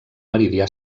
meridià